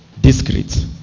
discreet